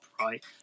right